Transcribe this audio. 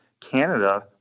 Canada